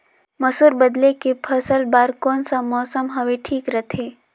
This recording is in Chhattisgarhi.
मसुर बदले के फसल बार कोन सा मौसम हवे ठीक रथे?